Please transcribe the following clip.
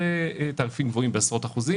תעריפים גבוהים בעשרות אחוזים,